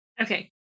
Okay